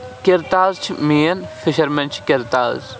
کِرتاز چھِ میٛن فِشرمین چھِ کِرتاز